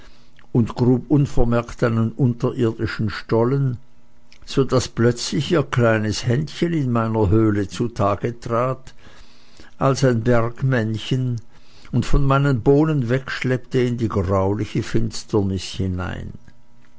und grub unvermerkt einen unterirdischen stollen so daß plötzlich ihr kleines händchen in meiner höhle zutage trat als ein bergmännchen und von meinen bohnen wegschleppte in die grauliche finsternis hinein